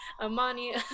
Amani